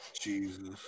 Jesus